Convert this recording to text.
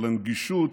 על הנגישות,